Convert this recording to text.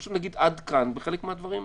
אפשר להגיד עד כאן לחלק מהדברים האלה.